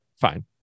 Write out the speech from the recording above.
fine